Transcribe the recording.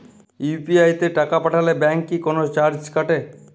UPI তে টাকা পাঠালে ব্যাংক কি কোনো চার্জ কাটে?